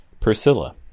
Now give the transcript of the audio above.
Priscilla